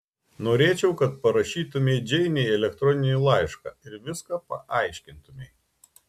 norėčiau kad parašytumei džeinei elektroninį laišką ir viską paaiškintumei